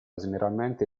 generalmente